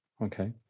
Okay